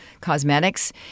cosmetics